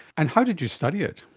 and how did you study it?